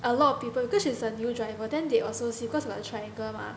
a lot of people because she is a new driver then they also see got the triangle mah